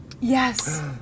Yes